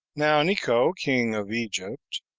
now neco, king of egypt,